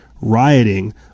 rioting